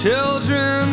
Children